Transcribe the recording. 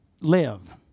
live